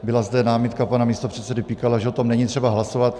Byla zde námitka pana místopředsedy Pikala, že o tom není třeba hlasovat.